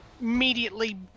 immediately